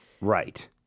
Right